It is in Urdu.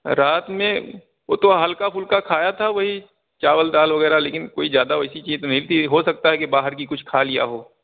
رات میں وہ تو ہلکا پھلکا کھایا تھا وہی چاول دال وغیرہ لیکن کوئی زیادہ ویسی چیز نہیں تھی ہو سکتا ہے کہ باہر کی کچھ کھا لیا ہو